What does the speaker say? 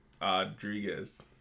Rodriguez